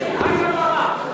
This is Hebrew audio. על מה להצביע.